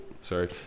sorry